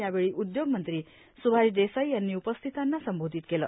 यावेळी उद्योग मंत्री सुभाष देसाई यांनी उपस्थितांना संबोधित केलं